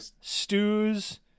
Stew's